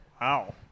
Wow